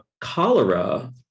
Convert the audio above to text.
cholera